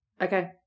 Okay